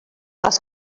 els